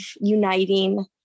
uniting